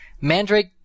mandrake